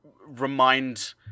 remind